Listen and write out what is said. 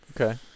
Okay